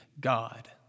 God